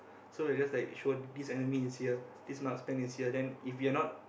so we'll just like show this enemy is here this marksman is here then if you are not